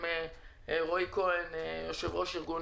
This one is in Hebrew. רועי כהן, יושב-ראש ארגון